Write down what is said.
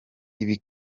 ibi